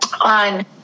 on